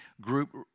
group